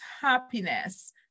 happiness